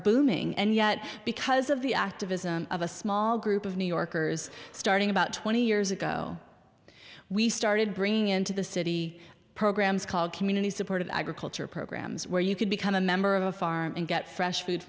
booming and yet because of the activism of a small group of new yorkers starting about twenty years ago we started bringing into the city programs called community supported agriculture programs where you could become a member of a farm and get fresh food